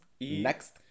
Next